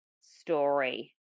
story